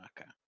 Okay